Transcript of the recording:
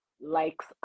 likes